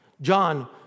John